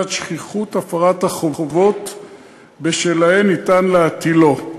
שכיחות הפרת החובות שבשלהן ניתן להטילו,